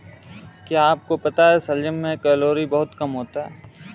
क्या आपको पता है शलजम में कैलोरी बहुत कम होता है?